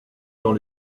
dans